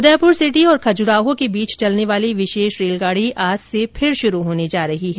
Udaipur city और खजुराहो के बीच चलने वाली विशेष रेलगाड़ी आज से फिर शुरू होने जा रही है